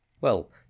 Well